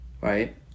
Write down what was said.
Right